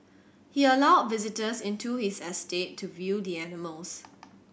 he allowed visitors into his estate to view the animals